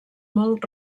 molt